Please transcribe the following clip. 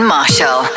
Marshall